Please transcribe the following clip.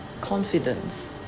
confidence